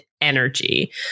energy